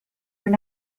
were